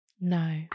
No